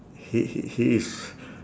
he he he is